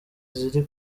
ziri